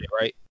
right